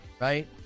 right